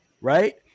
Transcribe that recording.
Right